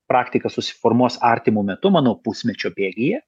praktika susiformuos artimu metu manau pusmečio bėgyje